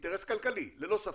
אינטרס כלכלי, ללא ספק,